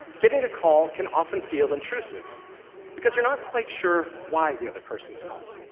getting a call can often feel intrusive because you're not quite sure why the other person's calling.